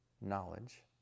knowledge